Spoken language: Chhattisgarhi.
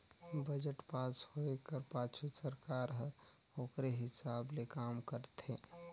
बजट पास होए कर पाछू सरकार हर ओकरे हिसाब ले काम करथे